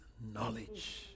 knowledge